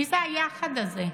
מי זה ה"יחד" הזה,